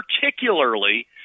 particularly